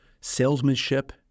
Salesmanship